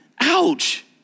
Ouch